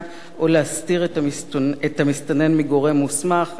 או להסתיר את המסתנן מגורם מוסמך על-פי דין,